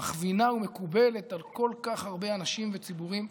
מכווינה ומקובלת על כל כך הרבה אנשים וציבורים.